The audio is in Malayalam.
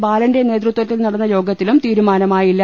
ബാലന്റെ നേതൃത്വത്തിൽ നടന്ന യോഗത്തിലും തീരുമാന മായില്ല